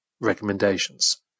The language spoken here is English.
recommendations